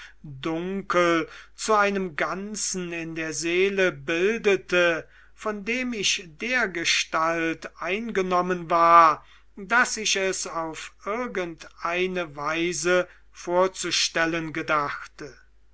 zu einem ganzen in der seele bildete von dem ich dergestalt eingenommen war daß ich es auf irgendeine weise vorzustellen gedachte